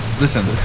Listen